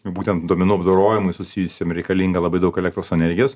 būtent duomenų apdorojimui susijusiem reikalinga labai daug elektros energijos